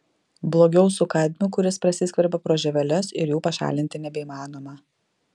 blogiau su kadmiu kuris prasiskverbia pro žieveles ir jų pašalinti nebeįmanoma